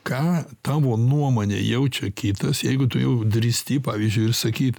ką tavo nuomone jaučia kitas jeigu tu jau drįsti pavyžiui sakyt